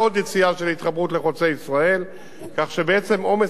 כך בעצם עומס התנועה ירד מאוד מאותה נקודה,